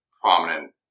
prominent